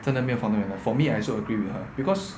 真的没有 fundamental for me I also agree with her because